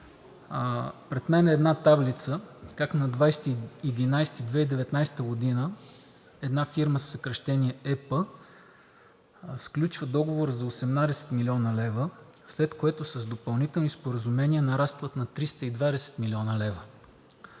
Пред мен е една таблица как на 20 ноември 2019 г. една фирма със съкращение ЕП сключва договор за 18 млн. лв., след което с допълнителни споразумения нарастват на 320 млн. лв.